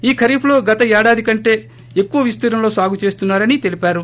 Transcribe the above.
ఈ ఖరీఫ్లో గత ఏడాది కంటే ఎక్కువ విస్తీర్ణంలో సాగుచేస్తున్నారని తెలిపారు